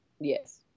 yes